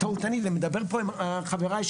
אני מדבר פה עם חבריי,